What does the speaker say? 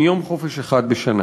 עם יום חופש אחד בשנה.